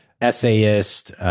essayist